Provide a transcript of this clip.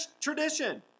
tradition